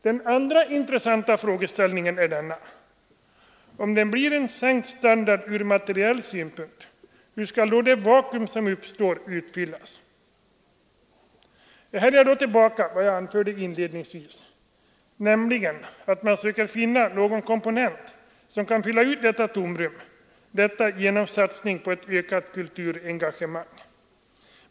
Den andra intressanta frågeställningen är denna: Om det blir en sänkt materiell standard, hur skall då det vakuum som uppstår utfyllas? Här är jag då tillbaka till vad jag anförde inledningsvis, nämligen att man söker finna någon komponent som kan fylla ut detta tomrum genom satsning på ett ökat kulturengagemang.